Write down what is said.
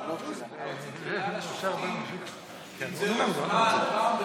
כראש המערכת,